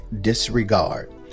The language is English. disregard